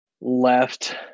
left